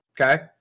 okay